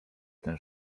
ten